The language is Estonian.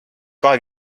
kahe